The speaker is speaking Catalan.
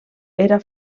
era